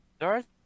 Darth